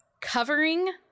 covering